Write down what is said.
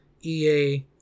EA